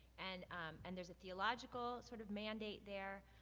and um and there's a theological sort of mandate there.